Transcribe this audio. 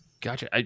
Gotcha